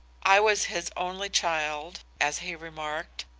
i was his only child, as he remarked,